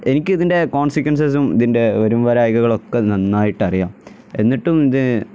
എനിക്കിതിൻ്റെ കോൺസിക്വൻസസും ഇതിന്റെ വരുംവരായ്കകളൊക്കെ നന്നായിട്ടറിയാം എന്നിട്ടും ഇത്